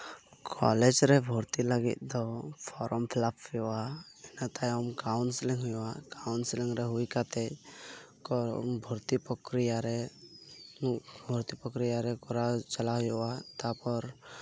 college ᱨᱮ ᱵᱷᱚᱨᱛᱤ ᱞᱟᱹᱜᱤᱫ ᱫᱚ ᱯᱷᱚᱨᱚᱢ ᱯᱷᱤᱞᱟᱯ ᱦᱩᱭᱩᱜᱼᱟ ᱤᱱᱟᱹ ᱛᱟᱭᱚᱢ ᱠᱟᱣᱩᱱᱥᱤᱞᱤᱝ ᱦᱩᱭᱩᱜᱼᱟ ᱠᱟᱣᱩᱱᱥᱮᱞᱤᱝ ᱨᱮ ᱦᱩᱭ ᱠᱟᱛᱮᱜ ᱵᱷᱚᱨᱛᱤ ᱯᱚᱠᱨᱤᱭᱟ ᱨᱮ ᱵᱷᱚᱨᱛᱤ ᱯᱚᱠᱨᱤᱭᱟᱨᱮ ᱪᱟᱞᱟᱣ ᱦᱩᱭᱩᱜᱼᱟ ᱛᱟᱨᱯᱚᱨ